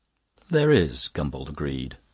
there is, gombauld agreed.